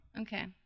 Okay